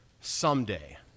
someday